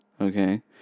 Okay